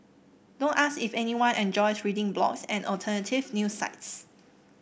don't ask if anyone enjoys reading blogs and alternative news sites